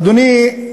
אדוני,